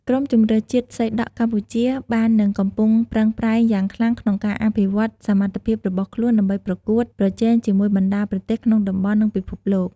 ក្រុមជម្រើសជាតិសីដក់កម្ពុជាបាននិងកំពុងប្រឹងប្រែងយ៉ាងខ្លាំងក្នុងការអភិវឌ្ឍសមត្ថភាពរបស់ខ្លួនដើម្បីប្រកួតប្រជែងជាមួយបណ្តាប្រទេសក្នុងតំបន់និងពិភពលោក។